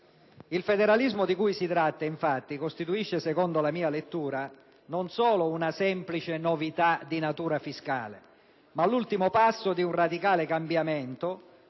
Il federalismo di cui si tratta, infatti, costituisce secondo la mia lettura non solo una semplice novità di natura fiscale, ma l'ultimo passo di un radicale cambiamento